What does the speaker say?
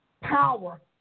power